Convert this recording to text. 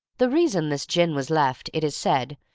the reason this gin was left, it is said,